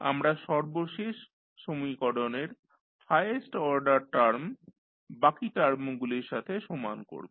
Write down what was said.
আমরা সর্বশেষ সমীকরণের হায়েস্ট অর্ডার টার্ম বাকী টার্মগুলির সাথে সমান করব